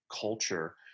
culture